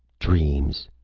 dreams!